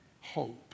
hope